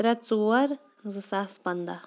ترٛےٚ ژور زٕ ساس پَنٛداہ